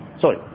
Sorry